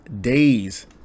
days